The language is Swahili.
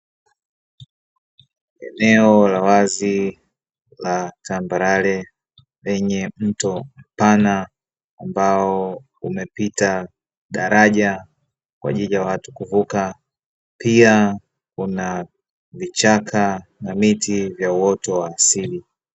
Eneo la wazi la tambarare, lenye mto mpana ambao umepita daraja kwa ajili ya watu kuvuka. Pia kuna vichaka na miti vya uoto wa asili.